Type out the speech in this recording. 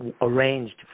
arranged